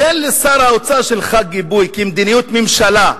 תן לשר האוצר שלך גיבוי, כמדיניות ממשלה.